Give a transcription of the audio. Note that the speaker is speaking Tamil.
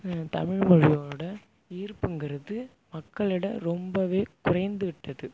தமிழ்மொழியோட இருப்புங்கிறது மக்களிடம் ரொம்பவே குறைந்துவிட்டது